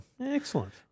Excellent